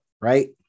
right